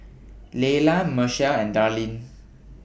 Lelia Machelle and Darline